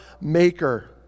maker